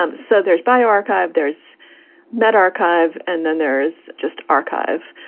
um so there's by archive. there's met archive. and then there's just archive.